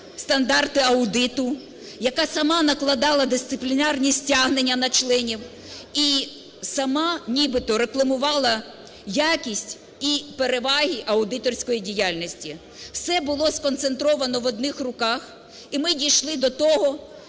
стандарти аудиту, яка сама накладала дисциплінарні стягнення на членів і сама нібито рекламувала якість і переваги аудиторської діяльності. Все було сконцентровано в одних руках, і ми дійшли до того,